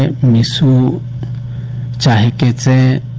so check it said